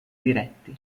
diretti